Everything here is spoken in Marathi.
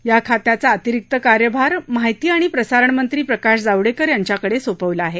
या खात्याचा अतिरिक्त कार्यभार माहिती आणि प्रसारणमंत्री प्रकाश जावडेकर यांच्याकडे सोपवला आहे